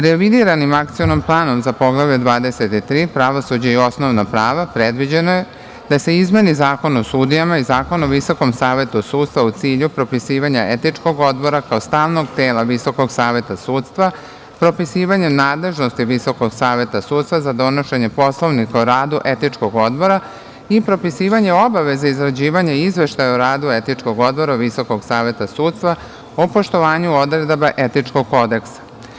Revidiranim akcionim planom za Poglavlje 23 – pravosuđe i osnovna prava predviđeno je da se izmeni Zakon o sudijama i Zakon o VSS u cilju propisivanja etičkog odbora kao stalnog tela VSS, propisivanje nadležnosti VSS za donošenje poslovnika o radu etičkog odbora i propisivanje obaveze izrađivanja izveštaja o radu etičkog odbora VSS o poštovanju odredbi etičkog kodeksa.